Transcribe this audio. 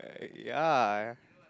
ya